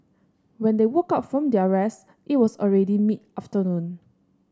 when they woke up from their rest it was already mid afternoon